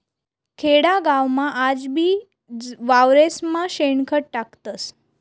खेडागावमा आजबी वावरेस्मा शेणखत टाकतस